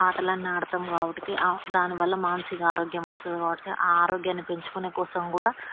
ఆటలన్నీ ఆడతాం కాబట్టికి దానివల్ల మానసిక ఆరోగ్యం వస్తుంది కాబట్టి ఆ ఆరోగ్యాన్ని పెంచుకునే కోసం కూడా